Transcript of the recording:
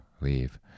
leave